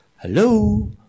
hello